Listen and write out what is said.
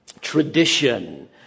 tradition